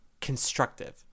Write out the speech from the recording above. constructive